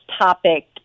topic